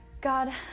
God